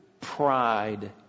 Pride